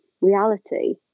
reality